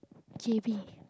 J_B